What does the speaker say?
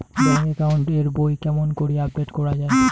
Bank account এর বই কেমন করি আপডেট করা য়ায়?